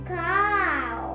cow